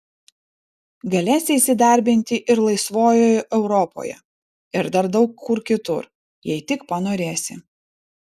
galėsi įsidarbinti ir laisvojoj europoje ir dar daug kur kitur jei tik panorėsi